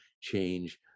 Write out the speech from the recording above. change